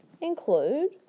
include